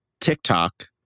TikTok